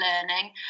learning